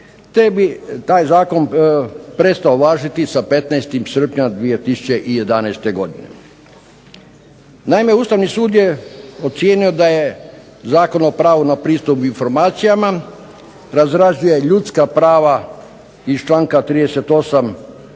te bi taj zakon prestao važiti sa 15. srpnja 2011. godine. Naime Ustavni sud je ocijenio da je Zakon o pravu na pristup informacijama razrađuje ljudska prava iz članka 38.